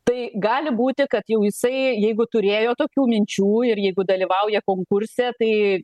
tai gali būti kad jau jisai jeigu turėjo tokių minčių ir jeigu dalyvauja konkurse tai